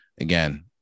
again